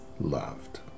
loved